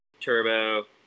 turbo